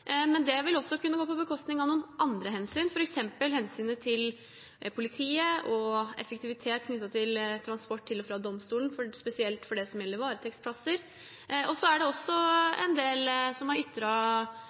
men det vil også kunne gå på bekostning av noen andre hensyn, f.eks. hensynet til politiet og effektivitet knyttet til transport til og fra domstolen, spesielt når det gjelder varetektsplasser. Så er det